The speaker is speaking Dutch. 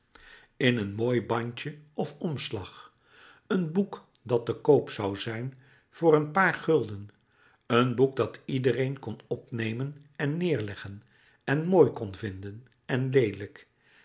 in een mooi bandje of omslag een boek louis couperus metamorfoze dat te koop zoû zijn voor een paar gulden een boek dat iedereen kon opnemen en neêrleggen en mooi kon vinden en leelijk